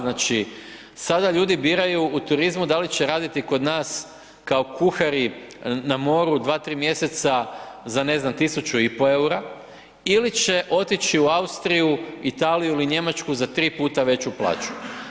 Znači, sada ljudi biraju u turizmu da li će raditi kod nas kao kuhari na moru 2-3 mjeseca za ne znam 1.500,00 EUR-a ili će otići u Austriju, Italiju ili Njemačku za tri puta veću plaću.